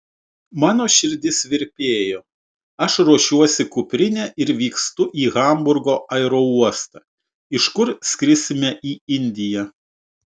mano širdis virpėjo aš ruošiuosi kuprinę ir vykstu į hamburgo aerouostą iš kur skrisime į indiją